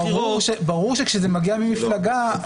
ברור שכשזה מגיע ממפלגה...